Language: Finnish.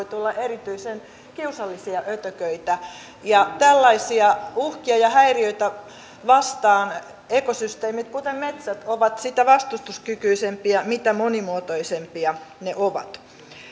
tulla erityisen kiusallisia ötököitä tällaisia uhkia ja häiriöitä vastaan ekosysteemit kuten metsät ovat sitä vastustuskykyisempiä mitä monimuotoisempia ne ovat